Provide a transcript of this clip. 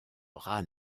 rat